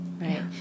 Right